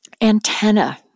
antenna